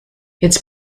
its